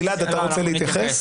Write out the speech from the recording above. גלעד, אתה רוצה להתייחס?